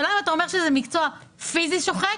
השאלה אם אתה אומר שזה מקצוע פיזי שוחק